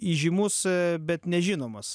įžymus bet nežinomas